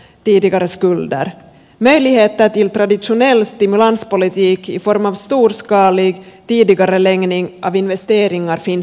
möjligheter till traditionell stimulanspolitik i form av storskalig tidigareläggning av investeringar finns inte nu